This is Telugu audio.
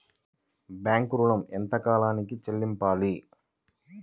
బ్యాంకు ఋణం ఎంత కాలానికి చెల్లింపాలి?